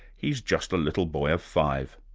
he's just a little boy of five.